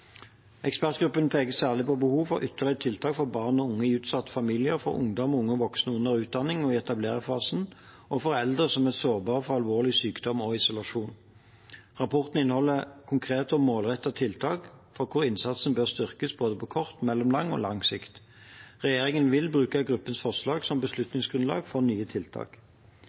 Ekspertgruppen peker særlig på behov for ytterligere tiltak for barn og unge i utsatte familier, for ungdom og unge voksne under utdanning og i etableringsfasen, og for eldre som er sårbare for alvorlig sykdom og isolasjon. Rapporten inneholder konkrete og målrettede tiltak for hvor innsatsen bør styrkes, både på kort, mellomlang og lang sikt. Regjeringen vil bruke gruppens forslag som beslutningsgrunnlag for nye tiltak.